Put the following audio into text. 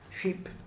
sheep